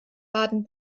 baden